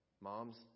Moms